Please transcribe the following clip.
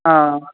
हँ